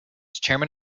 chairman